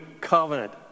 covenant